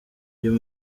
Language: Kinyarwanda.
uyu